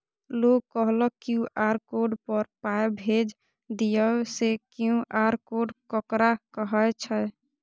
लोग कहलक QR code पर पाय भेज दियौ से क्यू.आर कोड ककरा कहै छै?